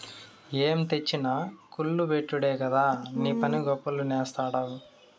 ఏం తెచ్చినా కుల్ల బెట్టుడే కదా నీపని, గప్పాలు నేస్తాడావ్